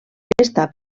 estar